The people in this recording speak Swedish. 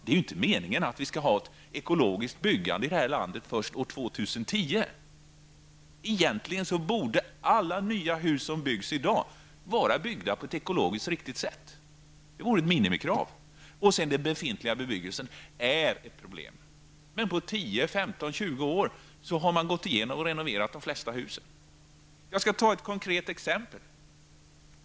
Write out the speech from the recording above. Det är inte meningen att vi skall ha ett ekologiskt byggande i det här landet först år 2010. Egentligen borde alla nya hus som byggs i dag byggas på ett ekologiskt riktigt sätt. Det borde vara ett minimikrav. Den befintliga bebyggelsen är ett problem. Men om 10, 15, 20 år har man renoverat de flesta hus. Jag skall ge ett konkret exempel.